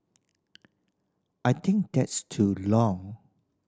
I think that's too long